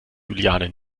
juliane